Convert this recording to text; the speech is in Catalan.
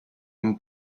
meu